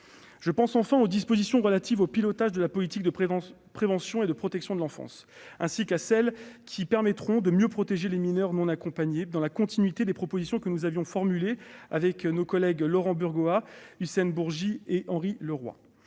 Je pense enfin aux dispositions relatives au pilotage de la politique de prévention et de protection de l'enfance, ainsi qu'aux mesures qui permettront de mieux protéger les mineurs non accompagnés, dans la continuité des propositions que Laurent Burgoa, Hussein Bourgi, Henri Leroy